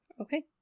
Okay